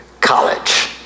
college